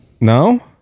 No